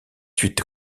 huit